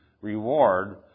reward